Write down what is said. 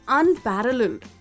unparalleled